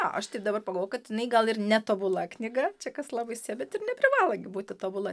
aš tik dabar pagalvojau kad jinai gal ir ne tobula knyga čia kas labai stebit ir neprivalo gi būti tobula